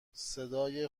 صدای